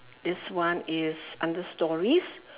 this one is under stories